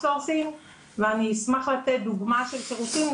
סורסינג ואני אשמח לתת דוגמה של שירותים.